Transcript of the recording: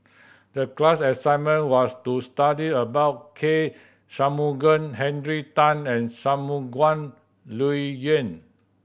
the class assignment was to study about K Shanmugam Henry Tan and Shangguan Liuyun